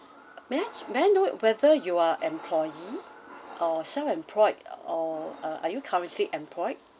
may I may I know whether you are employee or self-employed or ah are you current still employed